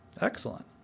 excellent